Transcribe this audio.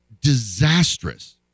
disastrous